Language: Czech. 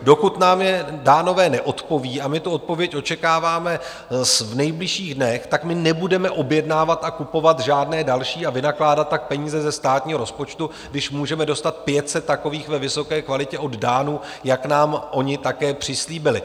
Dokud nám Dánové neodpoví, a my tu odpověď očekáváme v nejbližších dnech, nebudeme objednávat a kupovat žádné další a vynakládat tak peníze ze státního rozpočtu, když můžeme dostat 500 takových ve vysoké kvalitě od Dánů, jak nám oni také přislíbili.